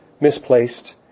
misplaced